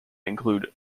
include